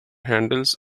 handles